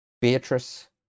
Beatrice